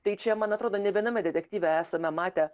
tai čia man atrodo ne viename detektyve esame matę